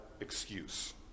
excuse